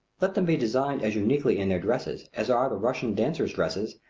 let them be designed as uniquely in their dresses as are the russian dancers' dresses,